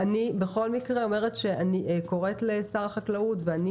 אני בכל מקרה אומרת שאני קוראת לשר החקלאות ואני